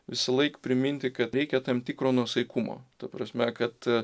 visąlaik priminti kad reikia tam tikro nuosaikumo ta prasme kad